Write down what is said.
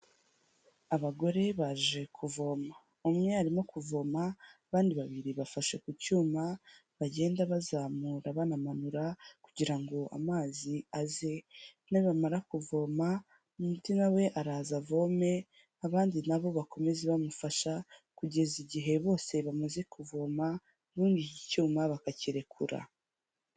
Abagore baje kuvoma, umwe arimo kuvoma, abandi babiri bafashe ku cyuma bagenda bazamura banamanura kugira ngo amazi aze, nibamara kuvoma, undi na we araza avome, abandi nabo bakomeze bamufasha, kugeza igihe bose bamaze kuvoma, ubundi iki cyuma bakakirekura.